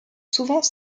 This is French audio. souvent